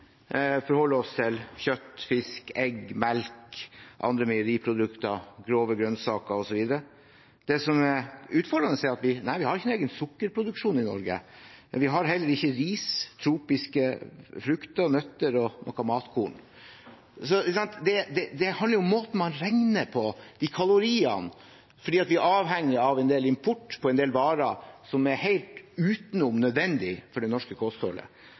oss til kjøtt, fisk, egg, melk og andre meieriprodukter, grove grønnsaker osv. Det som er utfordrende, er at vi ikke har egen sukkerproduksjon i Norge. Vi har heller ikke ris, tropiske frukter, nøtter og nok matkorn. Det handler om måten man regner på, kaloriene. Vi er avhengige av en del import av en del varer som er helt utenom nødvendige for det norske kostholdet.